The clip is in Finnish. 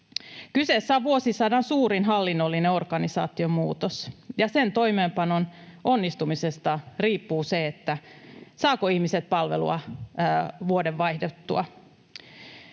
Kyseessä on vuosisadan suurin hallinnollinen organisaatiomuutos, ja sen toimeenpanon onnistumisesta riippuu se, saavatko ihmiset palvelua vuoden vaihduttua.